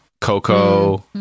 Coco